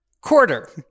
Quarter